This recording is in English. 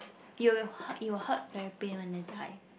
you will hurt you will hurt very pain one then die